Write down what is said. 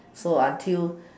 so until